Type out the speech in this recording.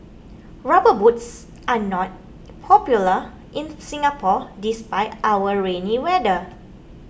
rubber boots are not popular in Singapore despite our rainy weather